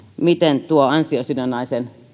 miten tuo ansiosidonnainen